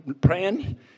praying